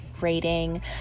rating